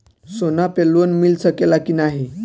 सोना पे लोन मिल सकेला की नाहीं?